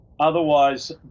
Otherwise